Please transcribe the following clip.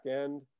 end